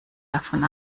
davon